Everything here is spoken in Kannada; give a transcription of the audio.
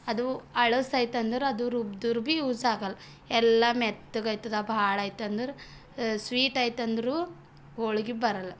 ಅದು ಹಳಸೋಯ್ತು ಅಂದರೆ ಅದು ರುಬ್ಬಿದರು ಬೀ ಯೂಸ್ ಆಗಲ್ಲ ಎಲ್ಲ ಮೆತ್ತಗೆ ಆಯ್ತದ ಭಾಳ ಆಯ್ತು ಅಂದರೆ ಸ್ವೀಟಾಯ್ತು ಅಂದರೂ ಹೋಳಿಗೆ ಬರಲ್ಲ